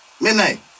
Midnight